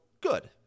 good